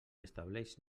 estableix